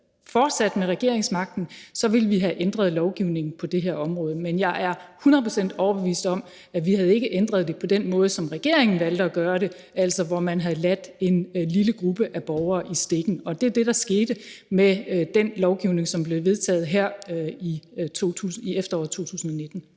fortsat med regeringsmagten, ville have ændret lovgivningen på det her område. Men jeg er 100 pct. overbevist om, at vi ikke havde ændret det på den måde, som regeringen valgte at gøre det, altså hvor man har ladet en lille gruppe borgere i stikken. Det var det, der skete med den lovgivning, som blev vedtaget her i efteråret 2019.